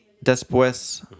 después